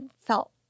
felt